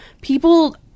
people